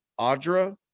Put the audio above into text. Audra